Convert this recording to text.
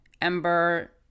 Ember